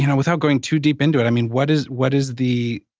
you know without going too deep into it, i mean what is what is the,